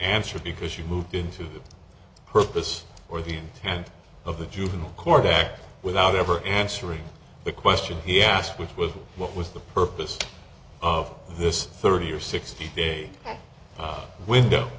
answer because you moved into the purpose or the intent of the juvenile court without ever answering the question he asked which was what was the purpose of this thirty or sixty day window